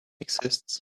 exists